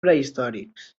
prehistòrics